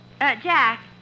Jack